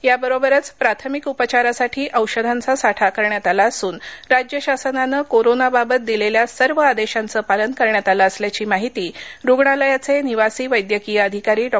याबरोबरच प्राथमिक उपचारासाठी औषधांचा साठा करण्यात आला असून राज्य शासनाने कोरोनाबाबत दिलेल्या सर्व आदेशाचे पालन करण्यात आलं असल्याची माहिती रूग्णालयाचे निवासी वैद्यकीय अधिकारी डॉ